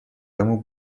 тому